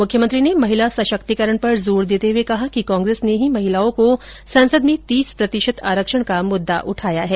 मुख्यमंत्री ने महिला सशक्तिकरण पर जोर देते हुए कहा कि कांग्रेस ने ही महिलाओं को संसद में तीस प्रतिशत आरक्षण का मुद्दा उठाया है